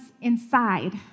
inside